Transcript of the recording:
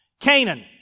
Canaan